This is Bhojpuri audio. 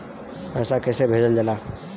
पैसा कैसे भेजल जाला?